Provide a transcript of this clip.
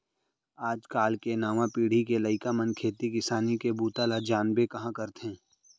आज काल के नवा पीढ़ी के लइका मन खेती किसानी के बूता ल जानबे कहॉं करथे